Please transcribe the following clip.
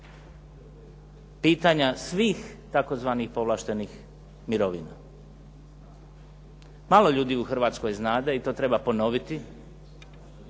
pitanja svih tzv. povlaštenih mirovina. Malo ljudi u Hrvatskoj znade i to treba ponoviti,